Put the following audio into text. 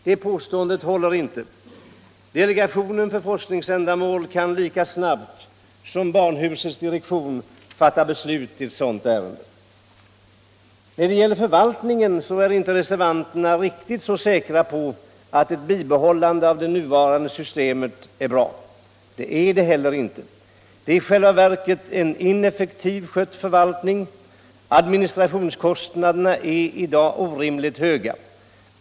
Det påståendet håller inte. Delegationen för forskningsändamål kan lika snabbt som barnhusets direktion fatta beslut i ett sådant ärende. När det gäller förvaltningen är inte reservanterna riktigt så säkra på att ett bibehållande av det nuvarande systemet är bra. Det är det inte heller. Det är i själva verket en ineffektivt skött förvaltning. Administrationskostnaderna är i dag orimligt höga.